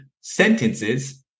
sentences